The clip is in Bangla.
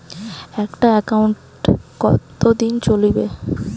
একটা একাউন্ট কতদিন চলিবে?